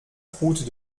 route